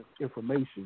information